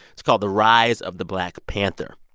it's called the rise of the black panther.